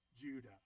Judah